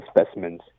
specimens